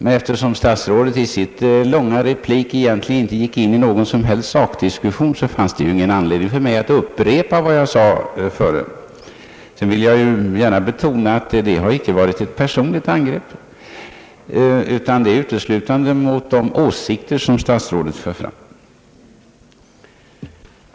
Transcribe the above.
Men eftersom statsrådet i sin långa replik egentligen inte gick in i någon som helst sakdiskussion, fanns det ingen anledning för mig att upprepa vad jag hade sagt. Jag vill gärna betona att det inte har varit ett personligt angrepp, utan det är uteslutande fråga om de åsikter som herr statsrådet för fram.